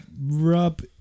rub